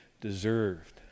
deserved